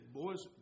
boys